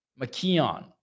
McKeon